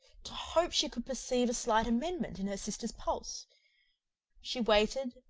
to hope she could perceive a slight amendment in her sister's pulse she waited,